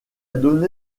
donné